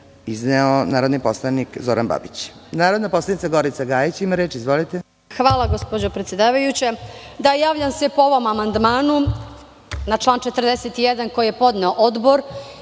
izneo narodni poslanik Zoran Babić. Reč ima narodna poslanica Gorica Gajić. **Gorica Gajić** Hvala gospođo predsedavajuća. Da, javljam se po ovom amandmanu na član 41. koji je podneo Odbor